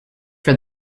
for